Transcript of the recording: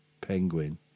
penguin